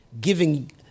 giving